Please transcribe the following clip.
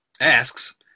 asks